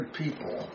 people